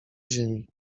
ziemi